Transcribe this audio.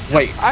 Wait